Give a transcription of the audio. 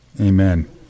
Amen